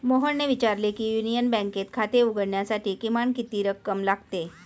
मोहनने विचारले की युनियन बँकेत खाते उघडण्यासाठी किमान किती रक्कम लागते?